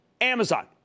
Amazon